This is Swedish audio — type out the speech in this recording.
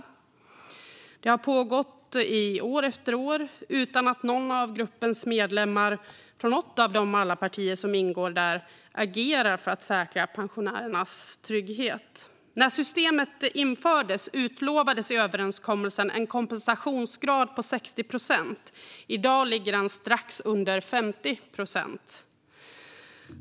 Detta har pågått i år efter år utan att någon av gruppens medlemmar från något av de alla partier som ingår där har agerat för att säkra pensionärernas trygghet. När systemet infördes utlovades i överenskommelsen en kompensationsgrad på 60 procent. I dag ligger den strax under 50 procent.